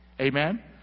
Amen